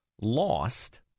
lost